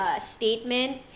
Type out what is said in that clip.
statement